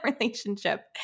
relationship